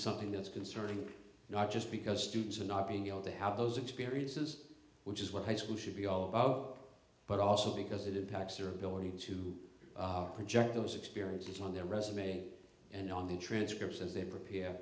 something that's concerning not just because students are not being able to have those experiences which is what high school should be all about but also because it impacts are ability to project those experiences on their resume and on the transcripts as they prepare